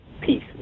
peace